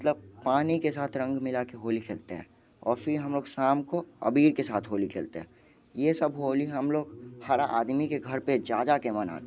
मतलब पानी के साथ रंग मिला के होली खेलते हैं और फिर हम लोग शाम को अबीर के साथ होली खेलते हैं ये सब होली हम लोग हर आदमी के घर पे ज़्यादा के मनाते हैं